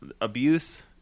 abuse